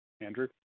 Andrew